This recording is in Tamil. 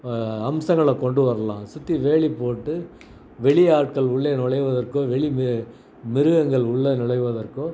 அம்சங்களை கொண்டு வரலாம் சுற்றி வேலி போட்டு வெளி ஆட்கள் உள்ளே நுழைவதற்கோ வெளி வே மிருகங்கள் உள்ளே நுழைவதற்கோ